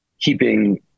keeping